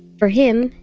for him,